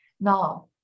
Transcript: now